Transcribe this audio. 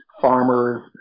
farmers